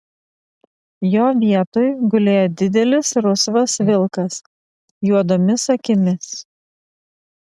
jo vietoj gulėjo didelis rusvas vilkas juodomis akimis